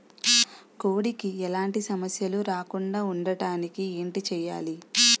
కోడి కి ఎలాంటి సమస్యలు రాకుండ ఉండడానికి ఏంటి చెయాలి?